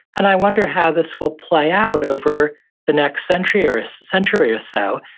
and i wonder how this will play out over the next century or ah so century or so.